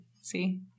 See